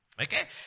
Okay